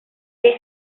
que